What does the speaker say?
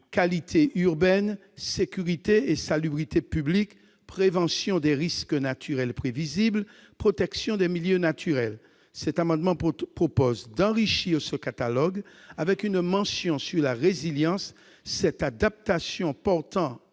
qualité urbaine, sécurité et salubrité publiques, prévention des risques naturels prévisibles, protection des milieux naturels ... Cet amendement vise à enrichir ce catalogue par une mention de la résilience, en particulier